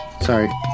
Sorry